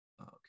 Okay